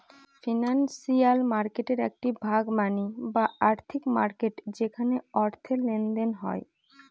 financial মার্কেটের একটি ভাগ মানি বা আর্থিক মার্কেট যেখানে অর্থের লেনদেন হয়